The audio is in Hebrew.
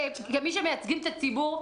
כמי שמייצגים את הציבור,